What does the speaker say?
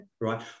right